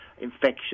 infection